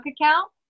account